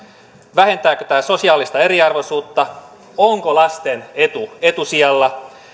vähentääkö tämä sosiaalista eriarvoisuutta onko lasten etu etusijalla